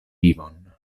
vivon